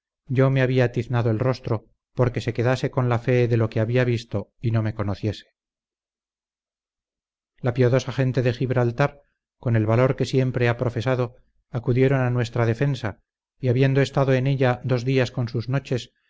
yo me había tiznado el rostro porque se quedase con la fe de lo que había visto y no me conociese la piadosa gente de gibraltar con el valor que siempre ha profesado acudieron a nuestra defensa y habiendo estado en ella dos días con sus noches